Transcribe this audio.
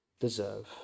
deserve